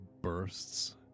bursts